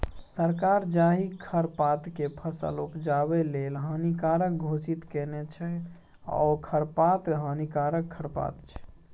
सरकार जाहि खरपातकेँ फसल उपजेबा लेल हानिकारक घोषित केने छै ओ खरपात हानिकारक खरपात छै